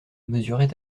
mesurait